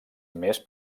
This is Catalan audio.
més